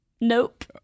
Nope